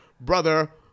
brother